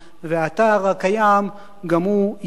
והאתר הקיים גם הוא ייכון.